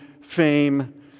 fame